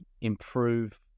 improve